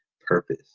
purpose